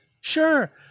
Sure